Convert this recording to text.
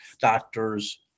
doctors